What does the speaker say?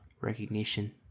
recognition